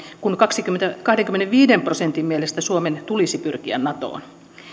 kun kahdenkymmenenviiden prosentin mielestä suomen tulisi pyrkiä natoon